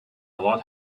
lot